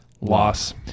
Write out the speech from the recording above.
loss